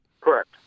Correct